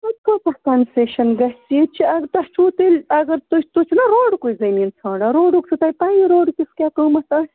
کٲژاہ کَنسیشَن گژھِ ییٚتہِ چھِ آز تۄہہِ چھُو تیٚلہِ اَگر تُہۍ تُہۍ چھُنَہ روڈکُے زمیٖن ژھانٛڈان روڈُک چھُو تۄہہِ پَیی روڈ کِس کیٛاہ قۭمَتھ آسہِ